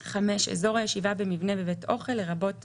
"אישור על תוצאה שלילית בבדיקת קורונה שבוצעה בשיטת